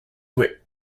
were